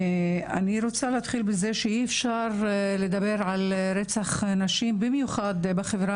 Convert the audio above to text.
אני רוצה להתחיל בזה שאי אפשר לדבר על רצח נשים במיוחד בחברה